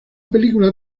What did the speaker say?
película